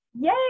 Yay